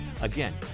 Again